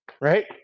right